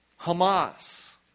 Hamas